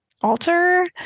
alter